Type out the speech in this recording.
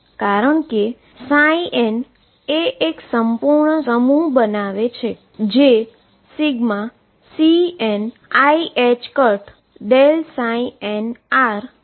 કારણ કે n એ એક સંપૂર્ણ સેટ બનાવે છે